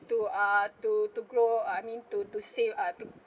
to uh to to grow I mean to to save uh to